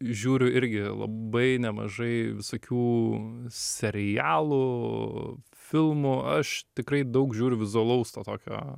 žiūriu irgi labai nemažai visokių serialų filmų aš tikrai daug žiūriu vizualaus to tokio